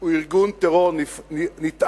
הוא ארגון טרור נתעב,